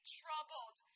troubled